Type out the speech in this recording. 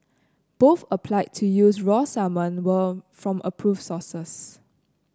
both applied to use raw salmon were from approved sources